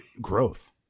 growth